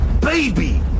baby